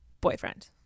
boyfriend